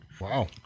Wow